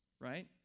right